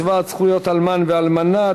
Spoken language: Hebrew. השוואת זכויות אלמן ואלמנה),